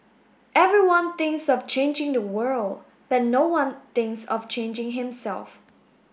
everyone thinks of changing the world but no one thinks of changing himself